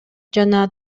жана